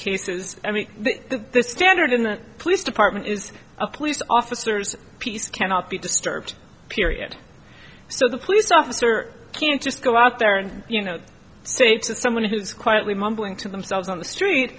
cases i mean the standard in the police department is a police officers peace cannot be disturbed period so the police officer can't just go out there and you know state to someone who's quietly mumbling to themselves on the street